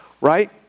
Right